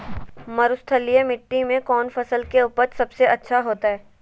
मरुस्थलीय मिट्टी मैं कौन फसल के उपज सबसे अच्छा होतय?